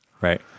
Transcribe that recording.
Right